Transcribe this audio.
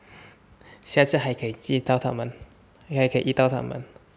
下次还可以见到他们还可以遇到他们